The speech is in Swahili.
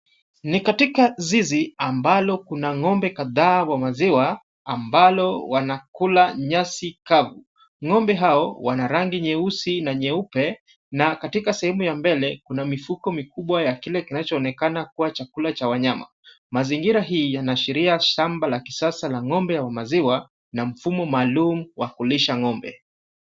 Ni katika zizi ambalo kuna ng'ombe kadhaa wa maziwa ambalo wanakula nyasi kavu. Ng'ombe hao wana rangi nyeusi na nyeupe, na katika sehemu ya mbele, kuna mifuko mikubwa ya kile kinachoonekana kuwa chakula cha wanyama. Mazingira hii yanaashiria shamba la kisasa la ng'ombe wa maziwa na mfumo maalum wa kulisha ng'ombe.